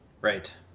Right